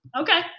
Okay